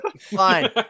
Fine